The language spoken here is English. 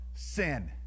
Sin